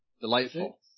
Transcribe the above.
delightful